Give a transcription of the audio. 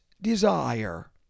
desire